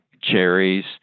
cherries